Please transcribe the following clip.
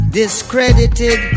discredited